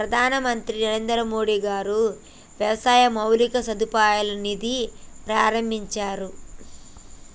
ప్రధాన మంత్రి నరేంద్రమోడీ గారు వ్యవసాయ మౌలిక సదుపాయాల నిధి ప్రాభించారు